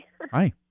Hi